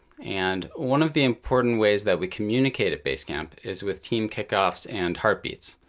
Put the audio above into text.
and one of the important ways that we communicate at basecamp is with team kickoffs and heartbeats,